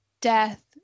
death